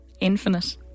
infinite